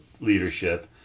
leadership